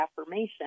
affirmation